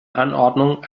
anordnungen